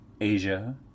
Asia